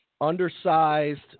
undersized